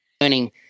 learning